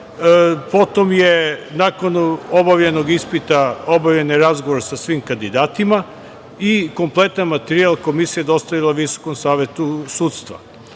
potom je nakon ispita obavljen razgovor sa svim kandidatima i kompletan materijal Komisija je dostavila Visokom savetu sudstva.